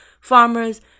farmers